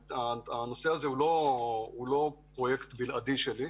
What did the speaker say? הנושא הזה הוא לא פרויקט בלעדי שלי.